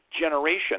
generation